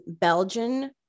Belgian